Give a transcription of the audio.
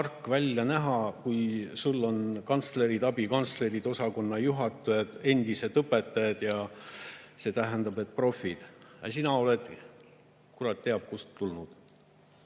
tark välja näha, kui kantslerid, abikantslerid, osakonnajuhatajad on endised õpetajad, see tähendab et profid, aga sina oled kurat teab kust tulnud.